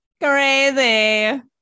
crazy